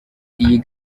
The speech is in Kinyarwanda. iyi